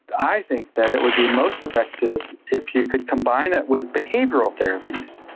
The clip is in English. i think that it would be most effective if you could combine it with behavioural therapies.